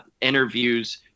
interviews